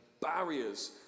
Barriers